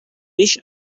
wish